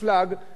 ומה הוא ראה?